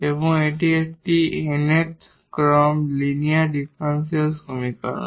এবং এটি nth order linear differential সমীকরণ